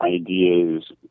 ideas